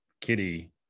kitty